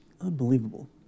unbelievable